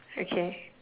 okay